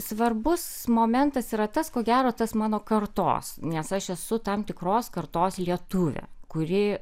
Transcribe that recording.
svarbus momentas yra tas ko gero tas mano kartos nes aš esu tam tikros kartos lietuvė kuri